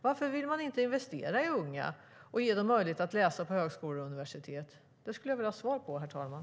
Varför vill man inte investera i unga och ge dem möjlighet att läsa på högskola och universitet? Det skulle jag vilja ha svar på, herr talman.